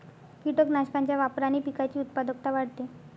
कीटकनाशकांच्या वापराने पिकाची उत्पादकता वाढते